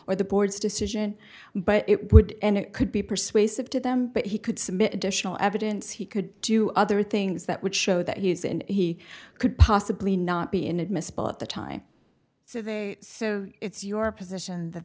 or the board's decision but it would and it could be persuasive to them but he could submit additional evidence he could do other things that would show that he is and he could possibly not be inadmissible at the time so they say it's your position that